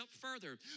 further